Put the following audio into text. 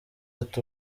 ati